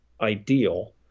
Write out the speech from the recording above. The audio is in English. ideal